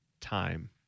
time